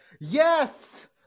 Yes